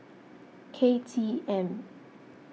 K T M